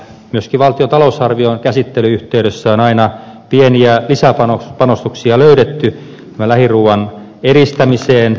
myöskin valtion talousarvion käsittelyn yhteydessä on aina pieniä lisäpanostuksia löydetty tämän lähiruuan edistämiseen kaikella tavalla